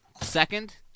second